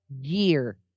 year